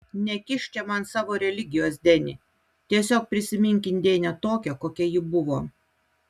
nekišk čia man savo religijos deni tiesiog prisimink indėnę tokią kokia ji buvo